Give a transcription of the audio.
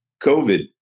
covid